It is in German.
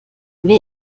wer